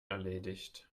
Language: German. erledigt